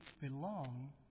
belong